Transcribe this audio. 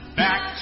back